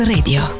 Radio